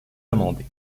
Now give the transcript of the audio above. amendé